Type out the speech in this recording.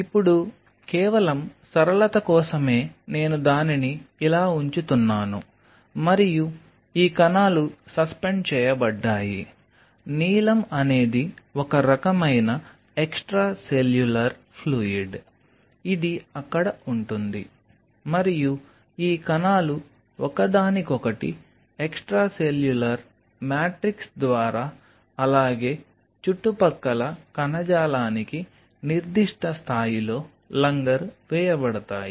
ఇప్పుడు కేవలం సరళత కోసమే నేను దానిని ఇలా ఉంచుతున్నాను మరియు ఈ కణాలు సస్పెండ్ చేయబడ్డాయి నీలం అనేది ఒక రకమైన ఎక్స్ట్రాసెల్యులార్ ఫ్లూయిడ్ ఇది అక్కడ ఉంటుంది మరియు ఈ కణాలు ఒకదానికొకటి ఎక్స్ట్రాసెల్యులర్ మాట్రిక్స్ ద్వారా అలాగే చుట్టుపక్కల కణజాలానికి నిర్దిష్ట స్థాయిలో లంగరు వేయబడతాయి